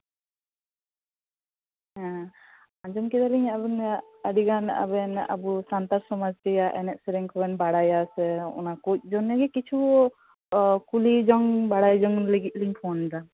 ᱟᱸᱡᱚᱢ ᱠᱮᱫᱟᱞᱤᱧ ᱟᱵᱮᱱ ᱟᱹᱰᱤ ᱜᱟᱱ ᱟᱵᱮᱱ ᱟᱵᱚ ᱥᱟᱱᱛᱟᱲ ᱥᱚᱢᱟᱡᱽ ᱨᱮᱭᱟᱜ ᱮᱱᱮᱡ ᱥᱮᱨᱮᱧ ᱠᱚᱵᱮᱱ ᱵᱟᱲᱟᱭᱟ ᱥᱮ ᱚᱱᱟᱠᱚ ᱱᱤᱭᱮ ᱜᱮ ᱠᱤᱪᱷᱩ ᱠᱩᱞᱤ ᱡᱚᱝ ᱵᱟᱲᱟᱭ ᱡᱚᱝ ᱞᱟᱹᱜᱤᱫ ᱞᱤᱧ ᱯᱷᱳᱱᱫᱟ